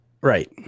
Right